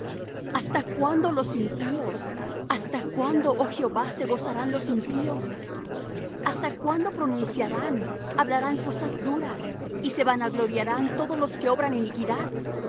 hasta cuándo los impíos hasta cuándo oh jehová se gozarán los impíos hasta cuándo pronunciarán hablarán cosas duras y se vanagloriarán todos los que obran iniquidad